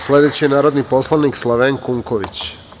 Sledeći narodni poslanik Slavenko Unković.